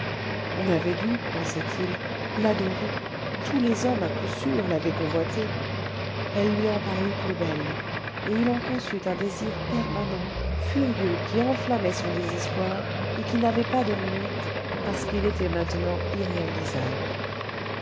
on avait dû pensait-il l'adorer tous les hommes à coup sûr l'avaient convoitée elle lui en parut plus belle et il en conçut un désir permanent furieux qui enflammait son désespoir et qui n'avait pas de limites parce qu'il était maintenant irréalisable